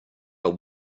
are